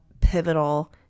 pivotal